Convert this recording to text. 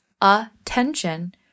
attention